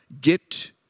get